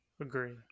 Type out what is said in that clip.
Agree